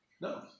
no